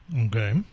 Okay